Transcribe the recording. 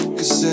Cause